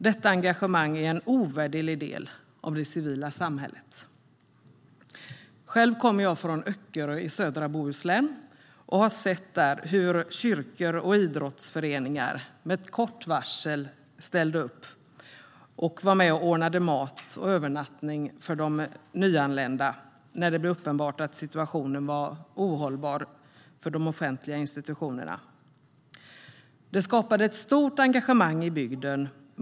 Detta engagemang är en ovärderlig del av det civila samhället. Själv kommer jag från Öckerö i södra Bohuslän och såg där hur kyrkor och idrottsföreningar med kort varsel ställde upp och ordnade mat och övernattning för de nyanlända när det blev uppenbart att situationen var ohållbar för de offentliga institutionerna. Det skapade ett stort engagemang i bygden.